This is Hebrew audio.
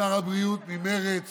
ששר הבריאות ממרצ